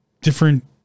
different